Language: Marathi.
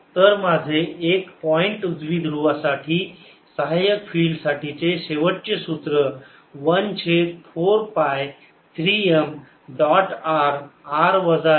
rr mr3 तर माझे एका पॉइंट द्विध्रुवासाठी सहाय्यक फील्ड साठी शेवटचे सूत्र 1 छेद 4 पाय 3 m डॉट r r वजा m छेद r चा घन